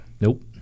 Nope